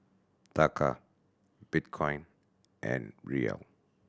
Taka Bitcoin and Riel